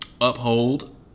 Uphold